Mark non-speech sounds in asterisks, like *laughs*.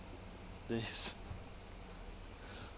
days *laughs*